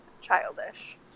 childish